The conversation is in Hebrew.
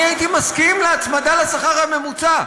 אני הייתי מסכים להצמדה לשכר הממוצע,